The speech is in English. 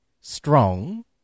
strong